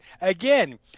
again